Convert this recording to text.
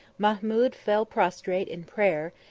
mahmud fell prostrate in prayer,